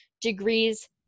degrees